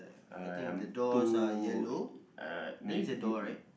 um two uh